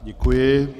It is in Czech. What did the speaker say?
Děkuji.